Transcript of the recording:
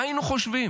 מה היינו חושבים?